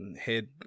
head